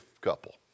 couple